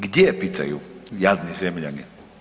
Gdje pitaju jadni zemljani?